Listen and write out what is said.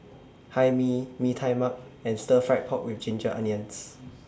Hae Mee Mee Tai Mak and Stir Fried Pork with Ginger Onions